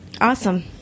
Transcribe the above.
awesome